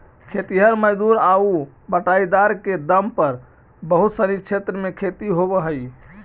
खेतिहर मजदूर आउ बटाईदार के दम पर बहुत सनी क्षेत्र में खेती होवऽ हइ